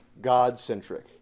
God-centric